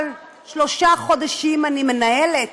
אבל שלושה חודשים אני מנהלת